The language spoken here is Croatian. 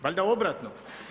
Valjda obratno.